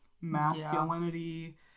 masculinity